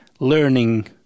learning